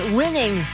winning